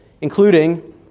including